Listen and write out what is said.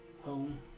home